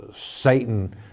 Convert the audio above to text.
Satan